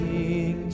King